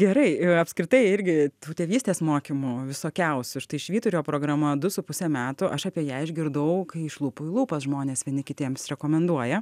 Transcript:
gerai apskritai irgi tų tėvystės mokymų visokiausių štai švyturio programa du su puse metų aš apie ją išgirdau kai iš lūpų į lūpas žmonės vieni kitiems rekomenduoja